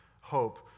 hope